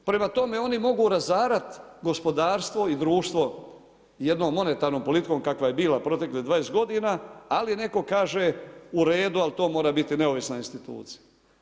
Prema tome oni mogu razarati gospodarstvo i društvo jednom monetarnom politikom kakva je bila proteklih 20 godina, ali neko kaže uredu ali to mora biti neovisna institucija.